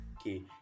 okay